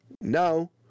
no